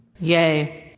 Yay